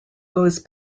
goes